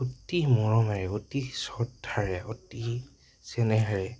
অতি মৰমেৰে অতি শ্ৰদ্ধাৰে অতি চেনেহেৰে